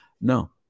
No